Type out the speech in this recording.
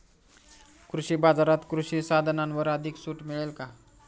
कृषी बाजारात कृषी साधनांवर अधिक सूट मिळेल का?